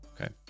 Okay